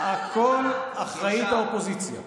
לכול אחראית האופוזיציה.